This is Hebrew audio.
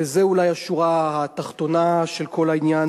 וזאת אולי השורה התחתונה של כל העניין,